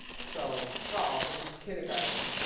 so paul, this is kindergarten,